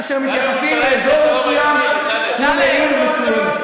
כאשר מתייחסים לאזור מסוים ולעיר מסוימת.